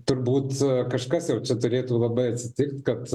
turbūt kažkas jau čia turėtų labai atsitikt kad